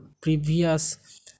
previous